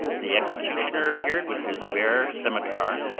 the executioner appeared with his bare scimitar,